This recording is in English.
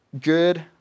good